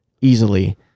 easily